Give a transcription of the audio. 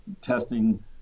testing